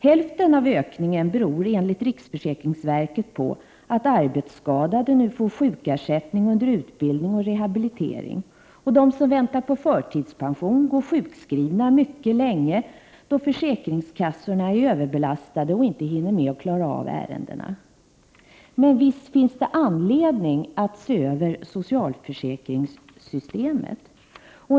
Hälften av ökningen beror enligt riksförsäkringsverket på att arbetsskadade nu får sjukersättning under utbildning och rehabilitering. Och de som väntar på förtidspension går sjukskrivna mycket länge på grund av att försäkringskassorna är överbelastade och inte hinner klara av ärendena. Visst finns det anledning att se över socialförsäkringssystemet.